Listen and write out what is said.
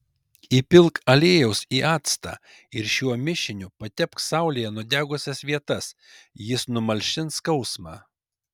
įpilk aliejaus į actą ir šiuo mišiniu patepk saulėje nudegusias vietas jis numalšins skausmą